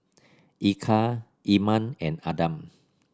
Eka Iman and Adam